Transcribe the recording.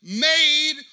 made